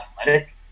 athletic